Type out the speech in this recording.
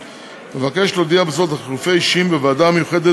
אבקש להודיע בזאת על חילופי אישים בוועדה המיוחדת